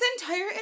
entire